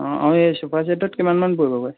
অঁ অঁ এই চোফা চেটত কিমানমান পৰিবগৈ